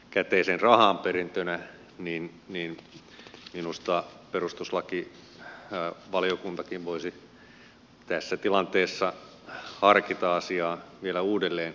käteisen rahan perinteinen niin ne käteiseen rahaan perintönä minusta perustuslakivaliokuntakin voisi tässä tilanteessa harkita asiaa vielä uudelleen